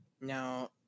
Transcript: now